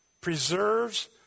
preserves